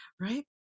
right